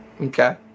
okay